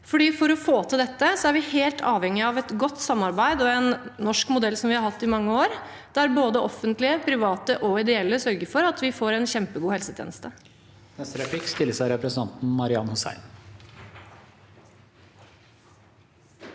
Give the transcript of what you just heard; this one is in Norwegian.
For å få til dette er vi helt avhengige av et godt samarbeid og en norsk modell som vi har hatt i mange år, der både offentlige, private og ideelle sørger for at vi får en kjempegod helsetjeneste.